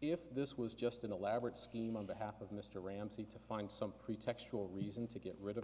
if this was just an elaborate scheme on behalf of mr ramsey to find some pretext for a reason to get rid of